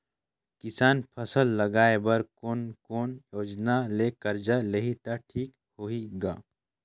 किसान फसल लगाय बर कोने कोने योजना ले कर्जा लिही त ठीक होही ग?